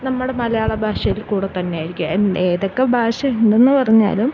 നമ്മുടെ മലയാള ഭാഷയിൽ കൂടെ തന്നെ ആയിരിക്കും ഏതൊക്കെ ഭാഷ ഉണ്ടെന്നു പറഞ്ഞാലും